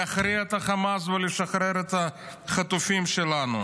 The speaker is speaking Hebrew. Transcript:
להכריע את החמאס ולשחרר את החטופים שלנו.